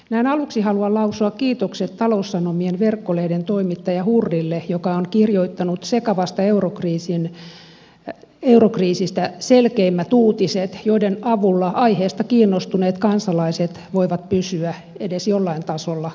näin aluksi haluan lausua kiitokset taloussanomien verkkolehden toimittaja hurrille joka on kirjoittanut sekavasta eurokriisistä selkeimmät uutiset joiden avulla aiheesta kiinnostuneet kansalaiset voivat pysyä edes jollain tasolla kärryillä